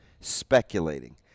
speculating